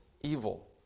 evil